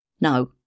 No